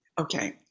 Okay